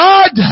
God